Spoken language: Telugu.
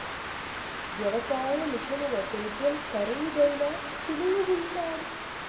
వ్యవసాయ మిషనుల సేద్యం కరీదైనా సులువుగుండాది